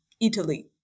Italy